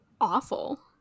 awful